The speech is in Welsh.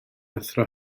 athro